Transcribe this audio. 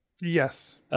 Yes